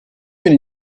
gün